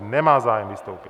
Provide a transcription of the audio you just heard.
Nemá zájem vystoupit.